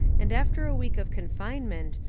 and after a week of confinement,